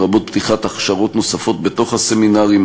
לרבות פתיחת הכשרות נוספות בתוך הסמינרים,